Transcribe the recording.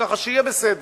ככה שיהיה בסדר.